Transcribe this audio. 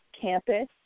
Campus